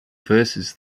verses